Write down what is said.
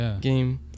game